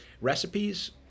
recipes